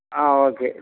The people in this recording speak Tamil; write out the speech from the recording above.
ஆ ஓகே